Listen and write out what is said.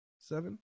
seven